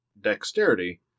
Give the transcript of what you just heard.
Dexterity